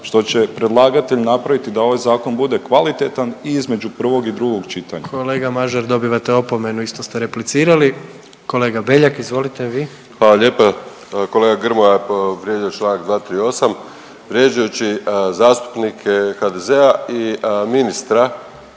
što će predlagatelj napraviti da ovaj zakon bude kvalitetan i između prvog i drugog čitanja. **Jandroković, Gordan (HDZ)** Kolega Mažar, dobivate opomenu, isto ste replicirali. Kolega Beljak, izvolite vi. **Beljak, Krešo (HSS)** Hvala lijepa. Kolega Grmoja je povrijedio čl. 238. vrijeđajući zastupnike HDZ-a i ministra.